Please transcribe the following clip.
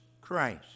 Christ